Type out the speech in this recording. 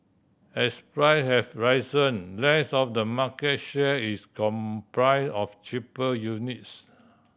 as price have risen less of the market share is comprise of cheaper units